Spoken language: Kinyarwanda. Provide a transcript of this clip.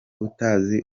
utazi